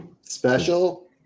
special